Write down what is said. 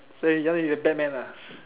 so you want to be the batman ah